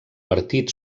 partit